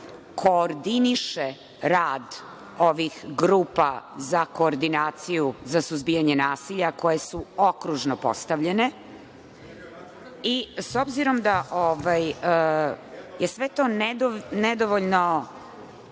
koordiniše rad ovih grupa za koordinaciju za suzbijanje nasilja koje su okružno postavljene.S obzirom da je sve to nedovoljno